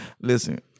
Listen